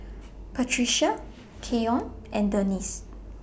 Patrica Keion and Denisse